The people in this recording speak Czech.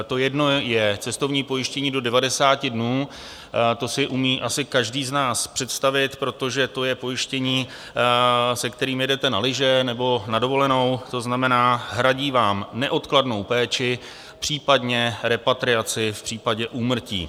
To jedno je cestovní pojištění do 90 dnů, to si umí asi každý z nás představit, protože to je pojištění, se kterými jedete na lyže nebo na dovolenou, to znamená, hradí vám neodkladnou péči, případně repatriaci v případě úmrtí.